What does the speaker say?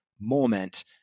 moment